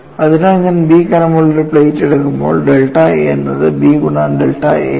അതിനാൽ ഞാൻ B കനമുള്ള ഒരു പ്ലേറ്റ് എടുക്കുമ്പോൾ ഡെൽറ്റ A എന്നത് B ഗുണം ഡെൽറ്റ A ആണ്